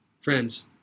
Friends